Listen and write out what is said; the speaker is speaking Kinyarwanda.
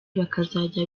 bakazajya